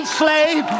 slave